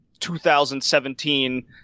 2017